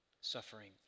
Suffering